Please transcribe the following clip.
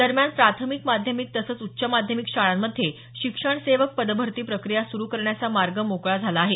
दरम्यान प्राथमिक माध्यमिक तसंच उच्च माध्यमिक शाळांमध्ये शिक्षण सेवक पदभरती प्रक्रिया सुरू करण्याचा मार्ग मोकळा झाला आहे